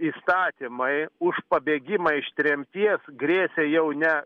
įstatymai už pabėgimą iš tremties grėsė jau ne